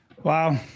Wow